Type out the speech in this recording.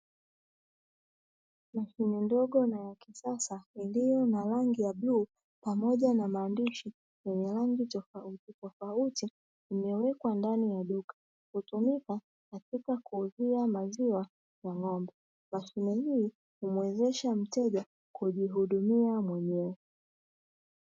Mashine ndogo na ya kisasa iliyo na rangi ya bluu pamoja na maandishi yenye rangi tofautitofauti, imewekwa ndani ya duka hutumika katika kuuzia maziwa wa ng’ombe mashine hii umwezesha mteja kujihudumia mwenyewe.